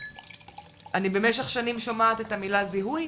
אני במשך שנים שומעת את המילה זיהוי.